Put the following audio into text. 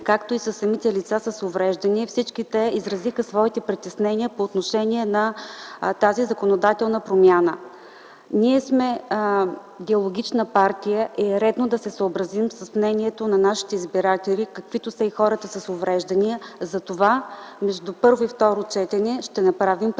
както и със самите лица с увреждания. Всички те изразиха своите притеснения по отношение на тази законодателна промяна. Ние сме диалогична партия и е редно да се съобразим с мнението на нашите избиратели, каквито са и хората с увреждания затова между първо и второ четене ще направим предложение